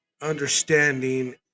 understanding